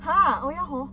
!huh! oh ya hor